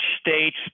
states